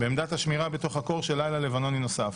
בעמדת השמירה בתוך הקור של לילה לבנוני נוסף.